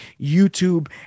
YouTube